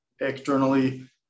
externally